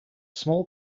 small